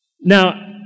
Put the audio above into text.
Now